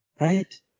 Right